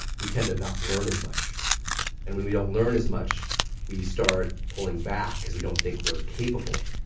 we tend to not learn as much and when we don't learn as much, we start pulling back because we don't think we're capable.